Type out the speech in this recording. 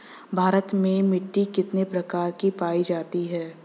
भारत में मिट्टी कितने प्रकार की पाई जाती हैं?